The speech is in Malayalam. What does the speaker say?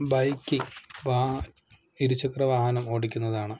ബൈക്ക് വാ ഇരുചക്ര വാഹനമോടിക്കുന്നതാണ്